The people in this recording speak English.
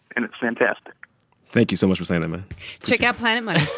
and it's fantastic thank you so much for saying that, man check out planet money